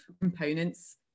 components